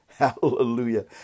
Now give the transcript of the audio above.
Hallelujah